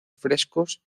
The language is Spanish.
frescos